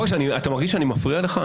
אתה מרגיש שאני מפריע לך?